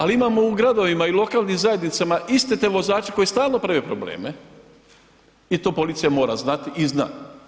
Ali imamo u gradovima i lokalnim zajednicama iste te vozače koji stalno prave probleme i to policija mora znati i zna.